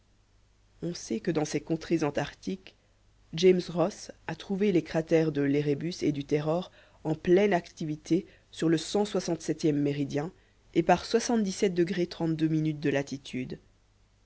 on sait que dans ces contrées antarctiques james ross a trouvé les cratères de l'érébus et du terror en pleine activité sur le cent soixante septième méridien et par de latitude